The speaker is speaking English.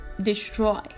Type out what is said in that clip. destroy